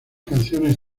canciones